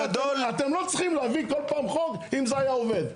אתם לא צריכים להביא כל פעם חוק אם זה היה עובד.